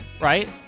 right